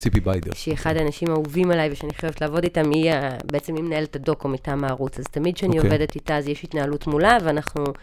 ציפי ביידר. שהיא אחד האנשים האהובים עליי ושאני הכי אוהבת לעבוד איתה, היא ה... בעצם היא מנהלת הדוקו מטעם הערוץ, אז תמיד כשאני עובדת איתה, אז יש התנהלות מולה ואנחנו...